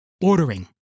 ordering